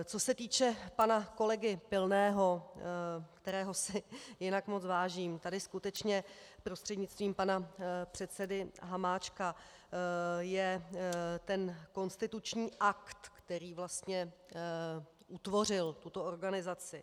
Co se týče pana kolegy Pilného, kterého si jinak moc vážím, tady skutečně, prostřednictvím pana předsedy Hamáčka, je konstituční akt, který vlastně utvořil tuto organizaci.